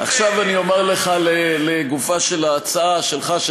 עכשיו אני אומר לך לגופה של ההצעה שלך,